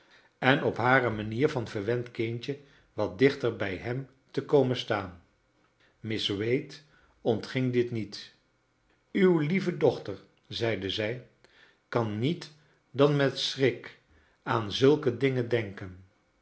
en op hare manier van verwend kindje wat dichter brj hem te komen staan miss wade ontging dit niet uw lieve dochter zeidc zij kan niet dan met schrik aan zulke dingen dcnken